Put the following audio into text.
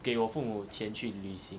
给我父母钱去旅行